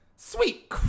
Sweet